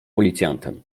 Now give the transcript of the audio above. policjantem